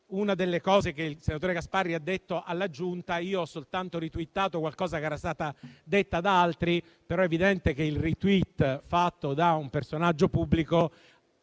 una delle cose che il senatore Gasparri ha detto alla Giunta: io ho soltanto ritwittato qualcosa che era stato detto da altri, ma è evidente che il *retweet* fatto da un personaggio pubblico